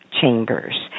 chambers